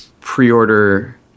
pre-order